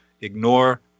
Ignore